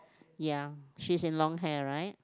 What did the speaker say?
ya she is in long hair right